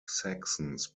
saxons